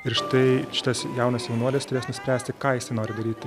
ir štai šitas jaunas jaunuolis turės nuspręsti ką jisai nori daryti